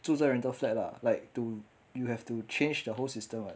住在 rental flat lah like to you have to change the whole system right